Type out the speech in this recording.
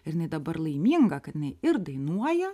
ir jinai dabar laiminga kad jinai ir dainuoja